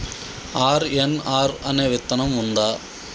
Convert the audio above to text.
RNR అనే విత్తనం ఉందా?